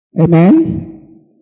Amen